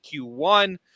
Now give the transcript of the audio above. Q1